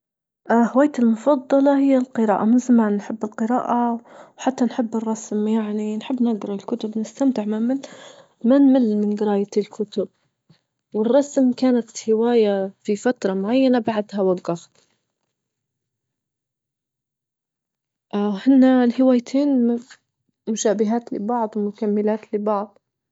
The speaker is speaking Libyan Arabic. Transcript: اه هوايتي المفضلة هي القراءة من زمان نحب القراءة وحتى نحب الرسم يعني نحب نجرا الكتب نستمتع ما نمل-ما نمل من جراية الكتب، والرسم كانت هواية في فترة معينة بعدها وجفت، هن الهوايتين مشابهات لبعض ومكملات لبعض.